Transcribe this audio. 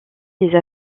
des